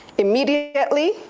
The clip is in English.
immediately